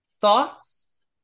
thoughts